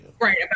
Right